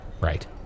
Right